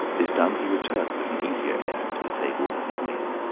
this done, he returned with an easier air to the table and his meal.